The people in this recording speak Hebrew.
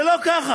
זה לא ככה,